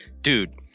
dude